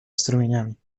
strumieniami